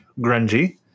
Grungy